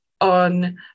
on